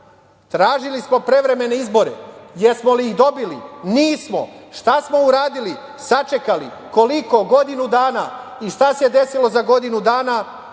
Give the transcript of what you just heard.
Tražili smo prevremene izbore. Da li smo ih dobili? Nismo. Šta smo uradili? Sačekali. Koliko? Godinu dana. Šta se desilo za godinu dana?